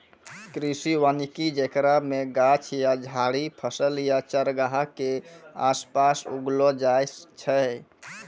कृषि वानिकी जेकरा मे गाछ या झाड़ि फसल या चारगाह के आसपास उगैलो जाय छै